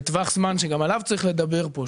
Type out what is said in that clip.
בטווח זמן שגם עליו צריך לדבר פה,